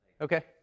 Okay